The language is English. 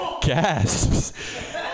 gasps